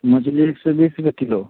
नजबै से बीस रुपए किलो